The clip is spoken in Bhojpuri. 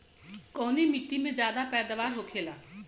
कवने मिट्टी में ज्यादा पैदावार होखेला?